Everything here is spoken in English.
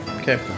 Okay